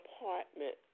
apartment